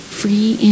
free